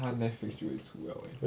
他 Netflix 就会出 liao leh